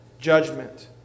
judgment